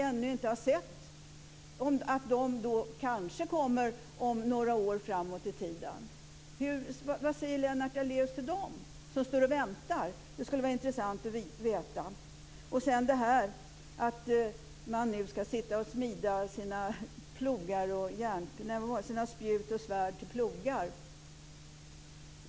De kommer kanske om några år. Vad säger Lennart Daléus till dem som står och väntar? Det skulle vara intressant att veta. Sedan säger han att man ska smida sina spjut och svärd till plogar.